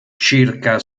circa